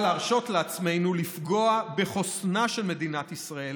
להרשות לעצמנו לפגוע בחוסנה של מדינת ישראל